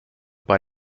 bei